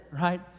right